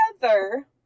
together